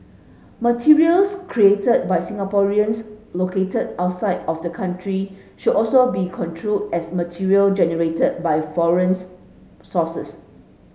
materials created by Singaporeans located outside of the country should also be construed as material generated by foreign's sources